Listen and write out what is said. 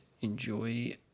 enjoy